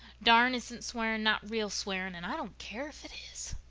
darn isn't swearing not real swearing. and i don't care if it is,